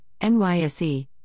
NYSE